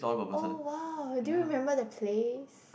oh !wow! do you remember the place